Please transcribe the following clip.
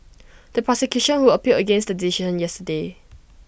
the prosecution who appealed against the decision yesterday